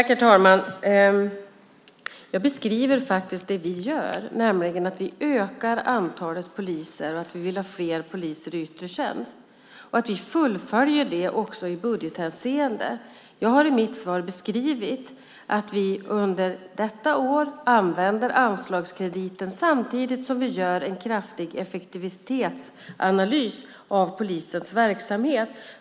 Herr talman! Jag beskriver vad vi gör. Vi ökar antalet poliser, och vi vill ha fler poliser i yttre tjänst. Vi fullföljer det också i budgethänseende. Jag har i mitt svar beskrivit att vi under detta år använder anslagskrediten samtidigt som vi gör en ordentlig effektivitetsanalys av polisens verksamhet.